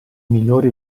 migliori